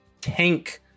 tank